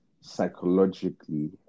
psychologically